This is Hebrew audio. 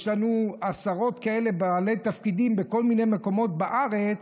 יש לנו עשרות בעלי תפקידים בכל מיני מקומות בארץ